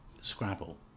Scrabble